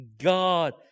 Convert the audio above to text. God